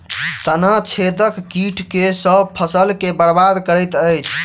तना छेदक कीट केँ सँ फसल केँ बरबाद करैत अछि?